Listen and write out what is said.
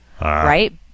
right